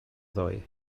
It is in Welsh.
ddoe